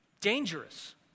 dangerous